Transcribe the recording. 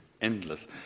endless